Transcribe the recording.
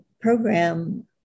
program